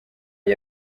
eye